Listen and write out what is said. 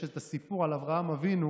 יש את הסיפור על אברהם אבינו.